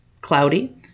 cloudy